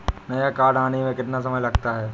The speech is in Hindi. नया कार्ड आने में कितना समय लगता है?